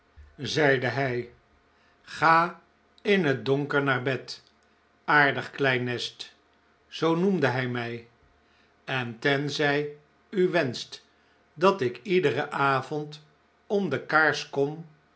zeide hij ga in het donker naar bed aardig klein nest zoo noemde hij mij en tenzij u wenscht dat ik iederen avond om de kaars kom